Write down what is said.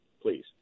Please